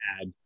add